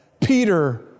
Peter